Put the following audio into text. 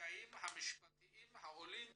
הקשיים המשפטיים העולים